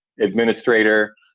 administrator